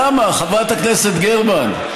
למה, חברת הכנסת גרמן,